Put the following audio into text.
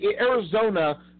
Arizona